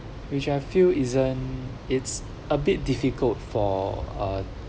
which I feel isn't it's a bit difficult for a